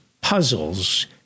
puzzles